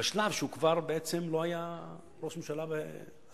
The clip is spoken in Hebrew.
בשלב שהוא כבר בעצם לא היה ראש ממשלה "אשכרה",